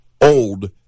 old